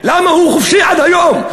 למה הוא חופשי עד היום?